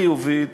חיובית,